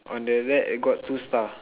on the left uh got two star